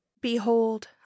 behold